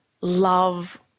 love